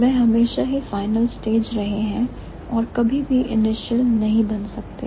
वह हमेशा ही final stage रहे हैं और अभी भी इनिशियल नहीं बन सकते हैं